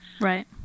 Right